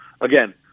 again